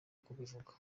kubivuga